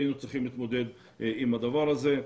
היינו צריכים להתמודד עם הדבר הזה.